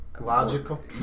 Logical